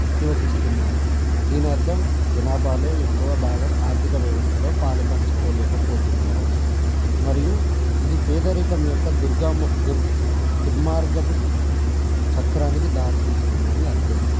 నివసిస్తున్నారు దీని అర్థం జనాభాలో ఎక్కువ భాగం ఆర్థిక వ్యవస్థలో పాలు పంచుకోలేకపోతున్నారు అని మరియు ఇది పేదరికం యొక్క దుర్గ దుర్మార్గపు చక్రానికి దారి తీస్తుంది అని అర్థం